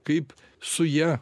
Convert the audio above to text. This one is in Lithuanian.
kaip su ja